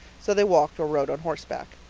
so they walked or rode on horseback.